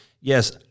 yes